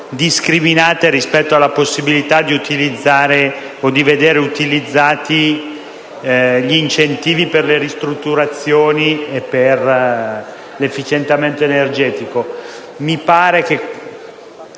discriminate rispetto alla possibilità di vedere utilizzati gli incentivi per le ristrutturazioni e per l'efficientamento energetico. Ritengo che